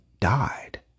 died